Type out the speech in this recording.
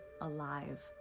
alive